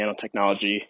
nanotechnology